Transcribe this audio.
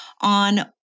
on